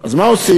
אז מה עושים?